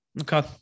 okay